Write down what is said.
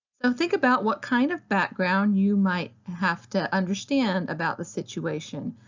so think about what kind of background you might have to understand about the situation.